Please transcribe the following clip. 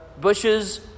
bushes